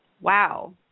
wow